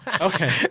Okay